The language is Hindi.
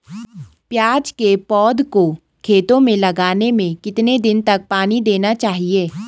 प्याज़ की पौध को खेतों में लगाने में कितने दिन तक पानी देना चाहिए?